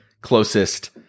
closest